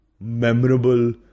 memorable